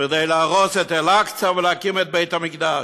כדי להרוס את אל-אקצא ולהקים את בית המקדש.